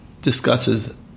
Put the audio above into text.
discusses